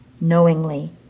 knowingly